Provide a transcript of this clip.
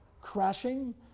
crashing